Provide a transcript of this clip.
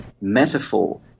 metaphor